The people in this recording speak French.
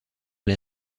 les